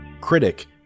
Critic